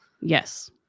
Yes